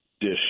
dish